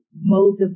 modes